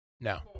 No